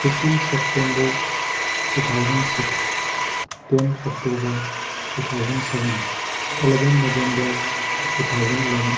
fifteen September two thousand six ten October two thousand seven eleven November two thousand eleven